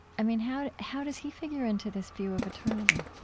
i mean, how how does he figure into this view of eternity?